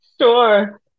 Sure